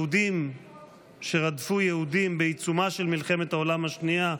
יהודים רדפו יהודים בעיצומה של מלחמת העולם השנייה,